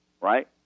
right